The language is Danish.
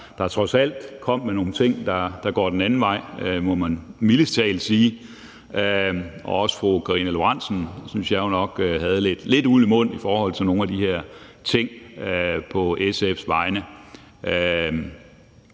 der trods alt kom med nogle ting, der går den anden vej, må man mildest talt sige. Også fru Karina Lorentzen Dehnhardt synes jeg jo nok havde lidt uld i mund i forhold til nogle af de her ting på SF's vegne.